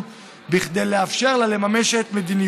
המשך באלימות שהופגנה ביחס למפגינים